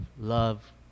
love